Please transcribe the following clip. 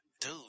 dude